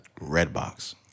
Redbox